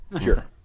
Sure